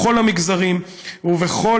בכל המגזרים ובכל